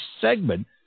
segment